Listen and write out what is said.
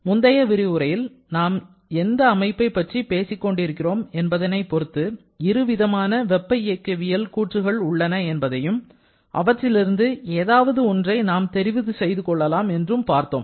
முந்தைய விரிவுரையில் நாம் எந்த அமைப்பை பற்றி பேசிக் கொண்டிருக்கிறோம் என்பதை பொருத்து இருவிதமான வெப்ப இயக்கவியல் கூற்றுகள் உள்ளன என்பதையும் அவற்றிலிருந்து ஏதாவது ஒன்றை நாம் தேர்வு செய்து கொள்ளலாம் என்றும் பார்த்தோம்